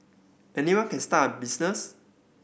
anyone can start a business